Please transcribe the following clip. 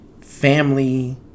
family